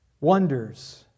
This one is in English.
wonders